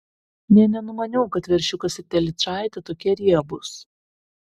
nė nenumaniau kad veršiukas ir telyčaitė tokie riebūs